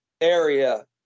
area